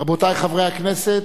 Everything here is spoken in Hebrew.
רבותי חברי הכנסת,